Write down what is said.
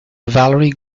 valerie